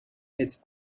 its